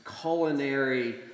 culinary